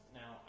now